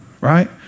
Right